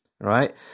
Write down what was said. right